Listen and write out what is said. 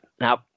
Now